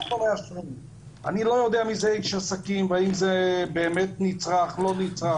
אני לא יודע מי זה איש עסקים והאם זה באמת נצרך או לא נצרך,